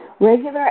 Regular